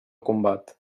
combat